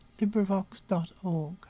LibriVox.org